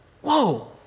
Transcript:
Whoa